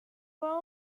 fue